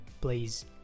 Please